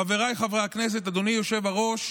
חבריי חברי הכנסת, אדוני היושב-ראש,